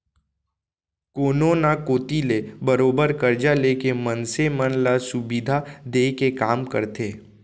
कोनो न कोती ले बरोबर करजा लेके मनसे मन ल सुबिधा देय के काम करथे